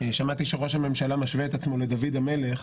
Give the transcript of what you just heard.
שמעתי שראש הממשלה משווה את עצמו לדוד המלך.